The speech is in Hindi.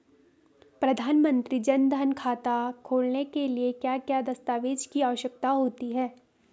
प्रधानमंत्री जन धन खाता खोलने के लिए क्या क्या दस्तावेज़ की आवश्यकता होती है?